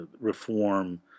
reform